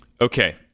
Okay